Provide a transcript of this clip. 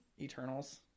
Eternals